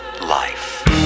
life